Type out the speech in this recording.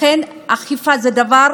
לכן, אכיפה זה דבר